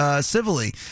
civilly